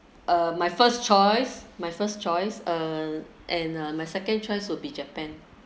uh my first choice my first choice uh and my second choice will be japan